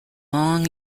long